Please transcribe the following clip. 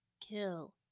kill